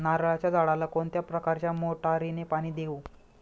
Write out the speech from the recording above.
नारळाच्या झाडाला कोणत्या प्रकारच्या मोटारीने पाणी देऊ?